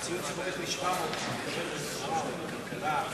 700 בפסיכומטרי, כדי להתקבל לרפואה או לכלכלה,